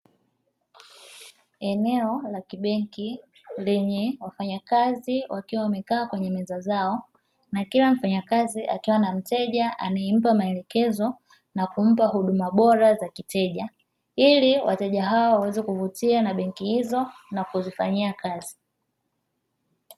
Eneo la kibenki lenye wafanyakazi wakiwa wamekaa kwenye meza zao na kila mfanyakazi akiwa na mteja anayempa maelekezo na kumpa bora za kiteja, ili wateja hao waweze kuvutiwa na benki hizo na kuwaza kuzifanyia kazi.